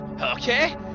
Okay